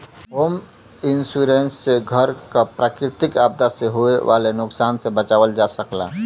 home insurance से घर क प्राकृतिक आपदा से होये वाले नुकसान से बचावल जा सकला